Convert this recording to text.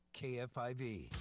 KFIV